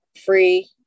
free